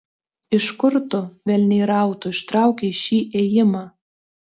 iš kur tu velniai rautų ištraukei šį ėjimą